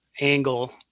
angle